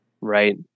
right